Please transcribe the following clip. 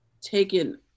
taken